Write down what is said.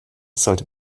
sollte